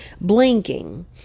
blinking